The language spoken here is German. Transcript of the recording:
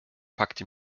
packte